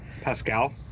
Pascal